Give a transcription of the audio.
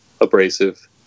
abrasive